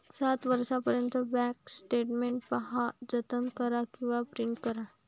सात वर्षांपर्यंत bank statement पहा, जतन करा किंवा प्रिंट करा